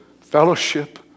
fellowship